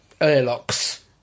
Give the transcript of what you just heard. airlocks